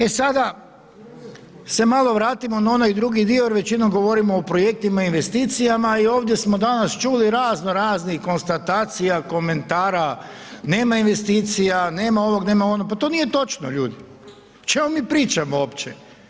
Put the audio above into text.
E sada se malo vratimo na onaj drugi dio jer većinom govorimo o projektima i investicijama i ovdje smo danas čuli raznoraznih konstatacija, komentara, nema investicija, nema ovog, nema onog, pa to nije točno, ljudi, o čemu mi pričamo uopće?